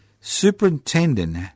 Superintendent